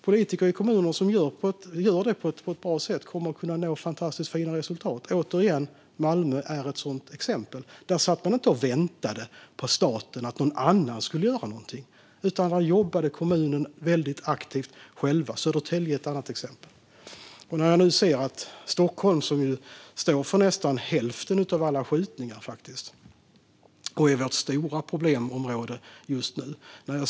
Politiker i kommunerna som gör detta på ett bra sätt kommer att kunna nå fantastiskt fina resultat. Återigen: Malmö är ett sådant exempel. Där satt man inte och väntade på staten och på att någon annan skulle göra någonting, utan man jobbade väldigt aktivt själv i kommunen. Södertälje är ett annat exempel. Stockholm står för nästan hälften av alla skjutningar och är vårt stora problemområde just nu.